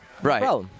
Right